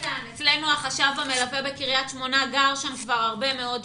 אצלנו בקריית שמונה החשב המלווה גר שם כבר הרבה מאוד שנים.